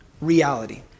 reality